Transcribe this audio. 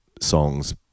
songs